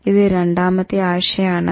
ഇത് രണ്ടാമത്തെ ആഴ്ച ആണ്